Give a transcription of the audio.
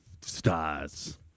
stars